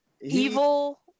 evil